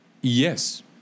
Yes